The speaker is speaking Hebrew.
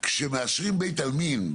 כשמאשרים בית עלמין,